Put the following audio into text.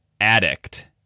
addict